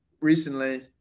recently